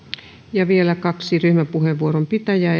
ja vielä kaksi ryhmäpuheenvuoron pitäjää